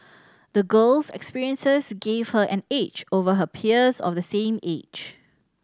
the girl's experiences gave her an edge over her peers of the same age